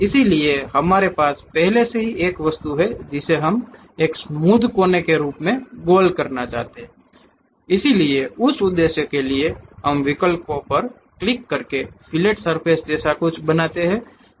इसलिए हमारे पास पहले से ही एक वस्तु है जिसे हम इसे एक स्मूध कोने के रूप में गोल करना चाहते हैं इसलिए उस उद्देश्य के लिए हम विकल्पों पर क्लिक करके फिलेट सर्फ़ेस जैसा कुछ बनाते हैं